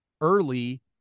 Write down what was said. early